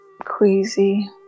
queasy